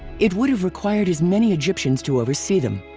it would have required as many egyptians to oversee them.